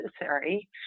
necessary